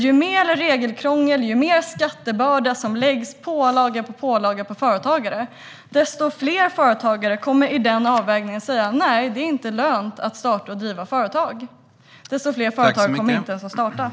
Ju mer regelkrångel, ju större skattebörda som läggs på företagare med pålaga på pålaga, desto fler företagare kommer i den avvägningen att säga att det inte är lönt att starta och driva företag, och desto fler företag kommer inte ens att startas.